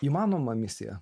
įmanoma misija